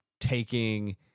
taking